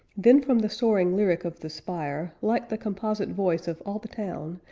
then from the soaring lyric of the spire, like the composite voice of all the town,